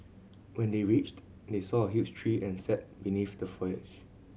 when they reached they saw a huge tree and sat beneath the foliage